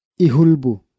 ihulbu